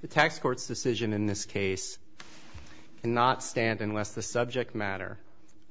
the tax court's decision in this case cannot stand unless the subject matter